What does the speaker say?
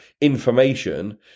information